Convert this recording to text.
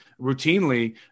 routinely